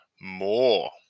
more